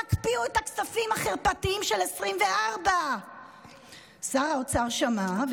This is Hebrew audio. תקפיאו את הכספים החרפתיים של 2024. שר האוצר שמע,